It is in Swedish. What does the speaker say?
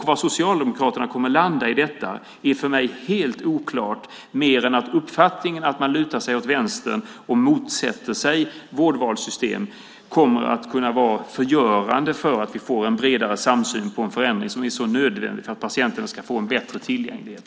Var Socialdemokraterna kommer att landa i detta är för mig helt oklart, mer än att uppfattningen att man lutar sig åt vänster och motsätter sig vårdvalssystem kan vara förgörande för en bredare samsyn på en förändring som är så nödvändig för att patienterna ska få en bättre tillgänglighet.